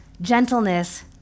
Gentleness